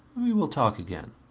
we will talk again.